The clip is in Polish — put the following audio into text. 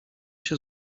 się